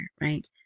right